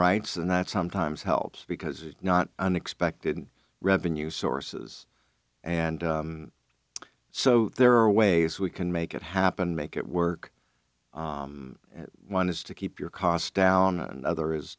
rights and that sometimes helps because not unexpected revenue sources and so there are ways we can make it happen make it work one is to keep your costs down another is